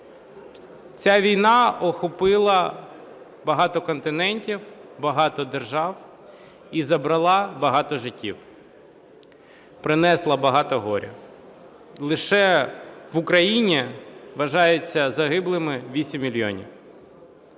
Ця війна охопила багато континентів, багато держав і забрала багато життів, принесла багато горя. Лише в Україні вважаються загиблими 8 мільйонів.